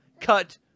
cut